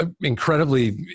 incredibly